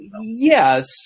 yes